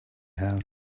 how